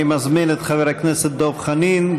אני מזמין את חבר הכנסת דב חנין,